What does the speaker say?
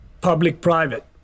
public-private